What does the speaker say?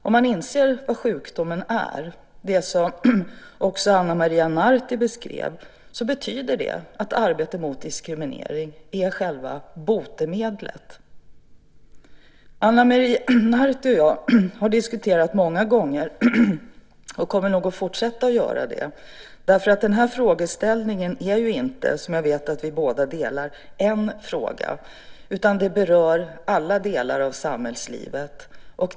Om man inser vad sjukdomen är - det som också Ana Maria Narti beskrev - betyder det att arbetet mot diskriminering är själva botemedlet. Ana Maria Narti och jag har diskuterat detta många gånger, och kommer nog att fortsätta att göra det, eftersom den här frågeställningen ju inte är en fråga, utan den berör alla delar av samhällslivet.